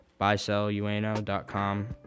buysellueno.com